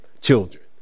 children